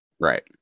Right